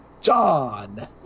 John